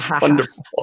wonderful